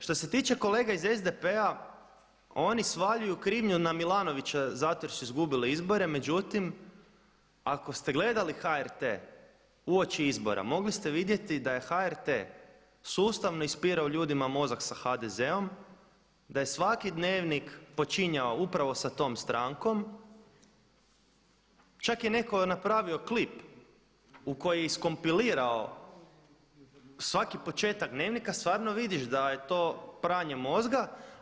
Što se tiče kolega iz SDP-a oni svaljuju krivnju na Milanovića zato jer su izgubili izbore, međutim ako ste gledali HRT uoči izbora, mogli ste vidjeti da HRT sustavno ispirao ljudima mozak sa HDZ-om, da je svaki Dnevnik počinjao upravo sa tom strankom, čak je neko napravio klip u koji je iskompilirao svaki početak Dnevnika, stvarno vidiš da je to pranje mozga.